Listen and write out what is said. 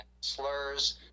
slurs